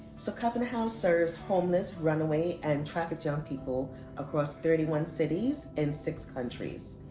so, covenant house serves homeless, runaway, and trafficked young people across thirty one cities and six countries.